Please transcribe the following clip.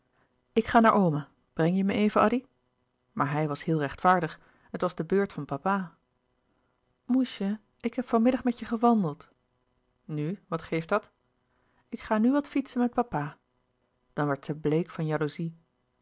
ik ga naar oma breng je me even addy maar hij was heel rechtvaardig het was de beurt van papa moesje ik heb van middag met je gewandeld nu wat geeft dat ik ga nu wat fietsen met papa dan werd zij bleek van jalouzie